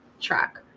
track